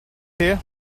here